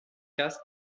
cast